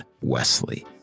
Wesley